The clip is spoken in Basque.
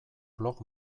blog